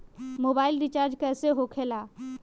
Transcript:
Mobile recharge कैसे होखे ला?